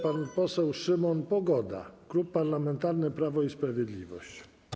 Pan poseł Szymon Pogoda, Klub Parlamentarny Prawo i Sprawiedliwość.